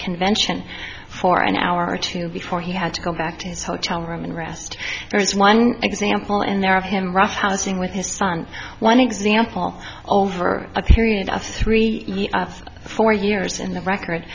convention for an hour or two before he had to go back to his hotel room and rest there's one example in there of him roughhousing with his son one example over a period of three or four years and the record